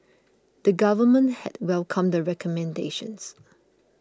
the Government had welcomed the recommendations